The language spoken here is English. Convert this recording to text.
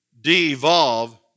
de-evolve